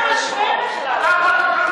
מה אתה משווה בכלל?